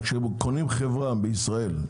כשקונים חברה בישראל,